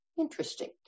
Interesting